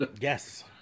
Yes